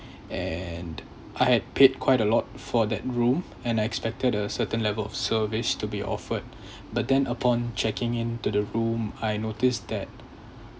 and I had paid quite a lot for that room and I expected a certain level of service to be offered but then upon checking in to the room I noticed that